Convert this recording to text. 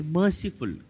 merciful